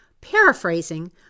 Paraphrasing